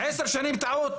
עשר שנים טעות?